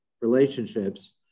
relationships